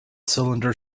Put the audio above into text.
cylinder